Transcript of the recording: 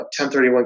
1031